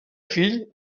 fill